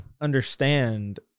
understand